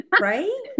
right